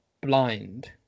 blind